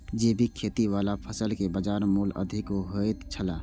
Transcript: जैविक खेती वाला फसल के बाजार मूल्य अधिक होयत छला